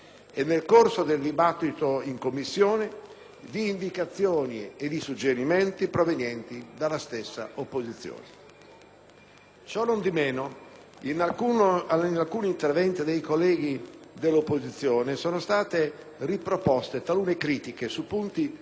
di indicazioni e di suggerimenti provenienti dalla stessa opposizione. Ciò nondimeno, in alcuni interventi dei colleghi dell'opposizione sono state riproposte talune critiche su punti qualificanti del nuovo impianto normativo